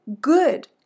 good